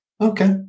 Okay